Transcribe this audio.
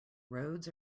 roads